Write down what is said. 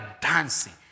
dancing